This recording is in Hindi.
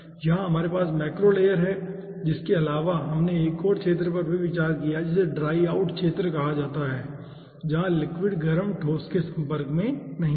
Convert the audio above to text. यहां हमारे पास मैक्रो लेयर है इसके अलावा हमने एक ऐसे क्षेत्र पर भी विचार किया है जिसे ड्राई आउट क्षेत्र कहा जाता है जहां लिक्विड गर्म ठोस के संपर्क में नहीं है